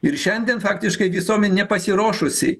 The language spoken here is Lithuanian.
ir šiandien faktiškai visuomenė nepasiruošusi